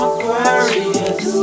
Aquarius